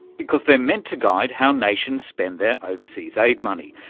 because they're meant to guide how nations spend their overseas aid money,